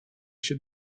się